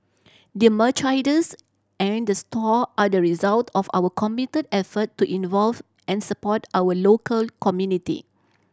the merchandise and the store are the result of our committed effort to involve and support our local community